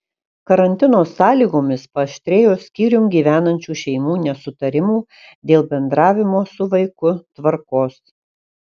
karantino sąlygomis paaštrėjo skyrium gyvenančių šeimų nesutarimų dėl bendravimo su vaiku tvarkos